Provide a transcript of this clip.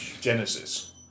Genesis